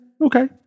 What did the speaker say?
Okay